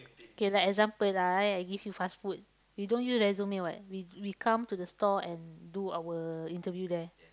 K like example lah I give you fast food we don't use resume what we we come to the store and do our interview there